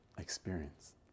experience